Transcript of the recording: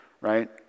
right